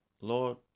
lord